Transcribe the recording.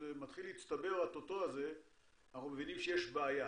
כשמתחיל להצטבר הטוטו הזה אנחנו מבינים שיש בעיה.